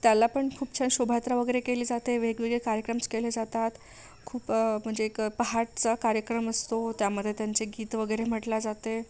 त्याला पण खूप छान शोभायात्रा वगैरे केली जाते वेगवेगळे कार्यक्रम्स केले जातात खूप म्हणजे एक पहाटचा कार्यक्रम असतो त्यामध्ये त्यांचे गीत वगैरे म्हटल्या जाते